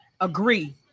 agree